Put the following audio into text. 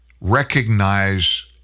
Recognize